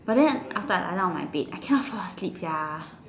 but then after I lie down on my bed I cannot fall asleep sia